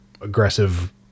aggressive